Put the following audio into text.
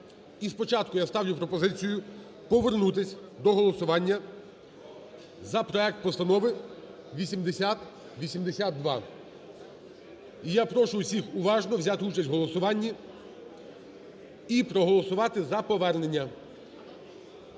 спочатку я ставлю пропозицію повернутись до голосування за проект Постанови 8082. І я прошу всіх уважно взяти участь в голосуванні і проголосувати за повернення.